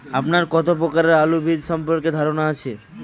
আপনার কত প্রকারের আলু বীজ সম্পর্কে ধারনা আছে?